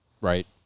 right